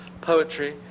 poetry